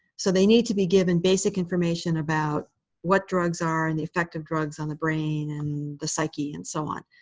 so they need to be given basic information about what drugs are, and the effect of drugs on the brain, and the psyche, and so on.